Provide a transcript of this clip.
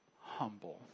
humble